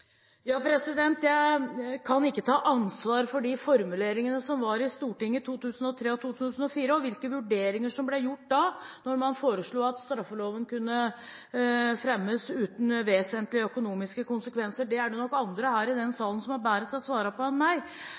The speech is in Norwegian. Jeg kan ikke ta ansvar for de formuleringene som var i Stortinget i 2003 og 2004, og hvilke vurderinger som ble gjort da når man foreslo at straffeloven kunne fremmes uten vesentlige økonomiske konsekvenser. Det er det nok andre i denne salen som er bedre til å svare på enn meg.